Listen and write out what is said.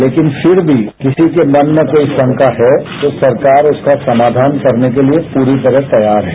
लेकिन फिर भी किसी के मन में कोई शंका है तो सरकार उसका समाधान करने के लिए पूरी तरह तैयार है